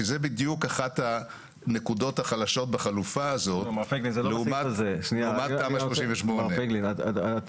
כי זה בדיוק אחת הנקודות החלשות בחלופה הזאת לעומת תמ"א 38. לא,